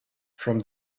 from